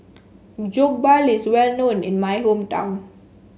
Jokbal is well known in my hometown